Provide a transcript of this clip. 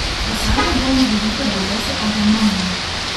kasandra buvo nužudyta drauge su agamemnonu